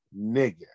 nigga